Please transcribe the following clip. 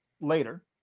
later